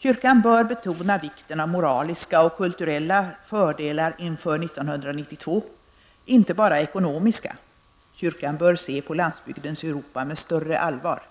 Kyrkan bör betona vikten av moraliska och kulturella fördelar inför 1992, inte bara ekonomiska. Kyrkan bör se på landsbygdens Europa med större allvar.